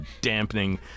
dampening